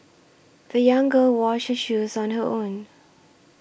the young girl washed her shoes on her own